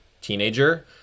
teenager